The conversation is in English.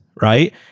right